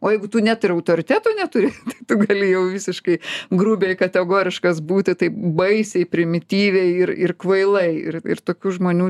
o jeigu tu net ir autoriteto neturi tu gali jau visiškai grubiai kategoriškas būti taip baisiai primityviai ir ir kvailai ir tokių žmonių